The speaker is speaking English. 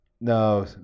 No